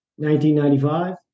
1995